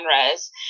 genres